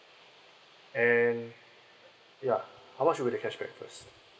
and yeah how much would be the cashback first